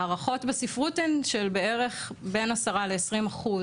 הערכות בספרות הן שבערך בין עשרה לעשרים אחוז